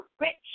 rich